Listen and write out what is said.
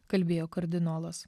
kalbėjo kardinolas